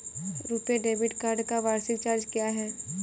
RuPay debit card का वार्षिक charge क्या है?